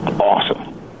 awesome